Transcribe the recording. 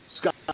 Scott